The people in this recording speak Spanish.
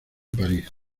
parís